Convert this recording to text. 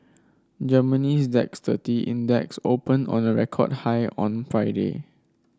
Germany's DAX thirty Index opened on a record high on Friday